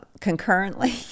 concurrently